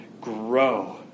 grow